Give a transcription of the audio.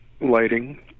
lighting